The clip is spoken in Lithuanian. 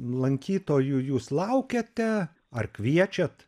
lankytojų jūs laukiate ar kviečiat